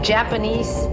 Japanese